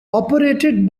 operated